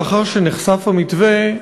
לאחר שנחשף המתווה,